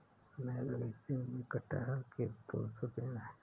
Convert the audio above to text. मेरे बगीचे में कठहल के दो सौ पेड़ है